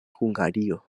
hungario